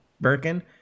Birkin